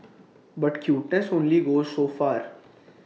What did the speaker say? but cuteness only goes so far